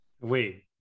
Wait